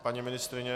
Paní ministryně?